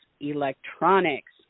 electronics